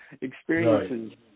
experiences